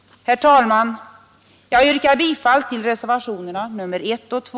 Herr talman! Jag yrkar bifall till reservationerna 1 och 2.